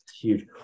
Huge